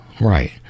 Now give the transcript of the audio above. right